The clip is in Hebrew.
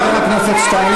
חבר הכנסת שטייניץ.